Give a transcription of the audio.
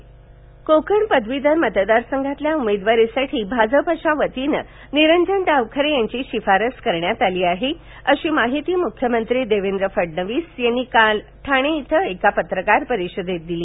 निरंजन डावखरे मुख्यमंत्री कोकण पदवीघर मतदारसंघातील उमेदवारीसाठी भाजपच्या वतीने निरंजन डावखरे यांची शिफारस करण्यात आली आहे वशी माहिती मुख्यमंत्री देवेंद्र फडणवीस यांनी काल ठाणे इथं पत्रकार परिषदेत दिली